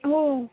हो